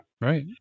right